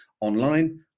online